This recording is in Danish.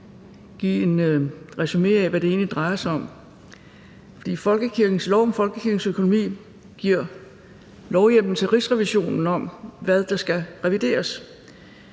give et resumé af, hvad det egentlig drejer sig om. For lov om folkekirkens økonomi giver lovhjemmel til Rigsrevisionen om, hvad der skal revideres,